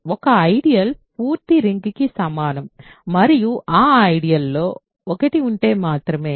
ఒక ఐడియల్ పూర్తి రింగ్కి సమానం మరియు ఆ ఐడియల్ లో 1 ఉంటే మాత్రమే